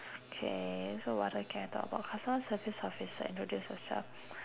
okay so what ah can I talk about customer service office introduce yourself